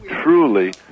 truly